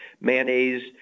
mayonnaise